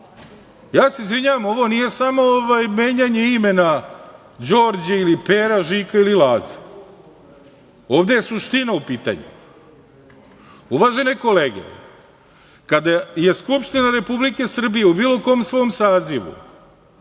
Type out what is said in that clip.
Izvinjavam se, ovo nije samo menjanje imena Đorđe ili Pera, Žika ili Laza. Ovde je suština u pitanju. Uvažene kolege, kada je Skupština Republike Srbije u bilo kom svom sazivu